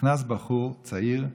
נכנס בחור צעיר,